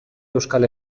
euskal